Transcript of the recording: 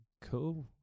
cool